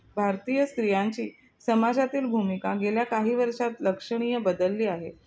भारतीय स्त्रियांची समाजातील भूमिका गेल्या काही वर्षात लक्षणीय बदलली आहे